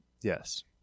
Yes